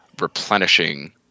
replenishing